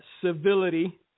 civility